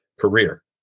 career